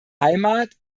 heimat